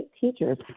teachers